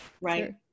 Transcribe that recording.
right